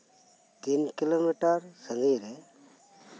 ᱛᱤᱱ ᱠᱤᱞᱳᱢᱤᱴᱟᱨ ᱥᱟᱺᱜᱤᱧ ᱨᱮ